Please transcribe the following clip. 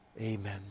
Amen